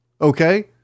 Okay